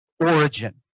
origin